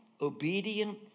obedient